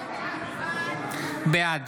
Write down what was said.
בעד